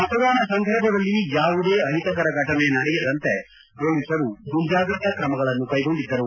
ಮತದಾನ ಸಂದರ್ಭದಲ್ಲಿ ಯಾವುದೇ ಅಹಿತಕರ ಫಟನೆ ನಡೆಯದಂತೆ ಮೊಲೀಸರು ಮುಂಜಾಗ್ರತಾ ಕ್ರಮಗಳನ್ನು ಕೈಗೊಂಡಿದ್ದರು